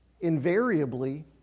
invariably